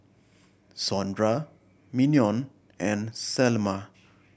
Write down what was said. Sondra Mignon and Selma